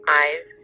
eyes